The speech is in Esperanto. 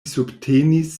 subtenis